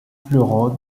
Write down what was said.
floraux